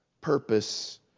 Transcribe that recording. purpose